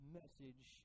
message